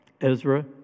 Ezra